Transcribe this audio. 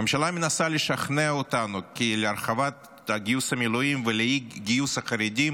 הממשלה מנסה לשכנע אותנו כי להרחבת גיוס המילואים ולאי-גיוס החרדים